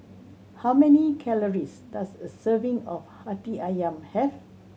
how many calories does a serving of Hati Ayam have